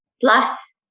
plus